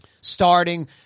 Starting